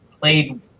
played